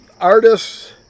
artists